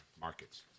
markets